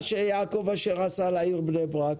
מה שיעקב אשר עשה לעיר בני ברק,